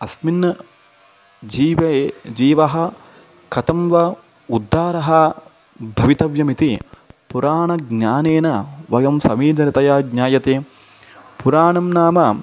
अस्मिन् जीवे जीवः कथं वा उद्धारः भवितव्यमिति पुराणज्ञानेन वयं समीधृततया ज्ञायते पुराणं नाम